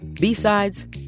B-sides